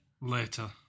Later